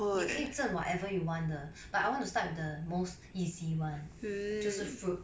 你可以赠 whatever you want 的 but I want to start the most easy [one] 就是 fruit